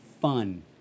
fun